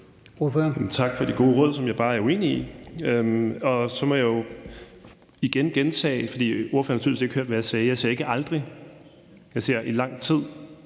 Tak for de gode råd, som jeg bare er uenig i. Så må jeg igen gentage det, for ordføreren har tydeligvis ikke hørt, hvad jeg sagde. Jeg sagde ikke »aldrig«, jeg sagde »i lang tid«.